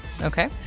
Okay